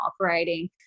operating